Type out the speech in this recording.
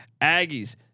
Aggies